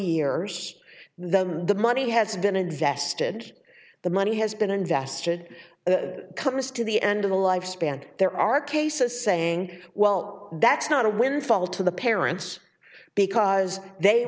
years then the money has been invested the money has been invested comes to the end of the lifespan there are cases saying well that's not a windfall to the parents because they